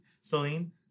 Celine